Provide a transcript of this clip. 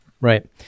right